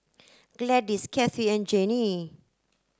Gladis Kathie and Gennie